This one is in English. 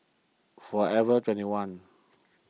forever twenty one